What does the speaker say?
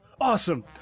Awesome